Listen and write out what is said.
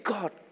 God